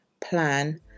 plan